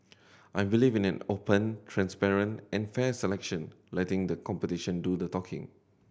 I believe in an open transparent and fair selection letting the competition do the talking